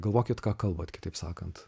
galvokit ką kalbate kitaip sakant